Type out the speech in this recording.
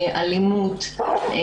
אלימות,